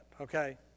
okay